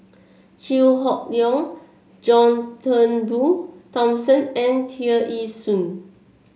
Chew Hock Leong John Turnbull Thomson and Tear Ee Soon